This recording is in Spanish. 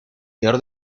peor